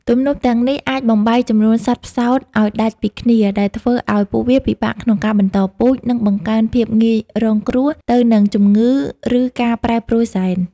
ទំនប់ទាំងនេះអាចបំបែកចំនួនសត្វផ្សោតឱ្យដាច់ពីគ្នា ដែលធ្វើឱ្យពួកវាពិបាកក្នុងការបន្តពូជ និងបង្កើនភាពងាយរងគ្រោះទៅនឹងជំងឺ ឬការប្រែប្រួលហ្សែន។